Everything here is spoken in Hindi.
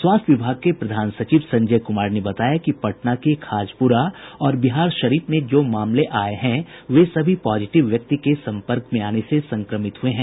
स्वास्थ्य विभाग के प्रधान सचिव संजय कुमार ने बताया कि पटना के खाजपुरा और बिहारशरीफ में जो मामले आये हैं वे सभी पॉजिटिव व्यक्ति के संपर्क में आने से संक्रमित हुए हैं